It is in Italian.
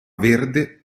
verde